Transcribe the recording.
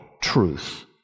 truth